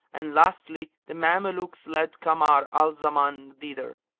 and lastly the mamelukes led kamar al-zaman thither,